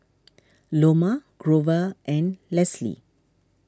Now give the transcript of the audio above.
Loma Grover and Leslie